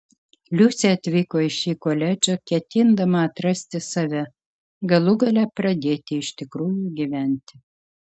liusė atvyko į šį koledžą ketindama atrasti save galų gale pradėti iš tikrųjų gyventi